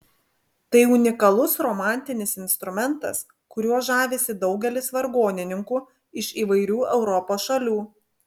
tai unikalus romantinis instrumentas kuriuo žavisi daugelis vargonininkų iš įvairių europos šalių